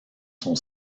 son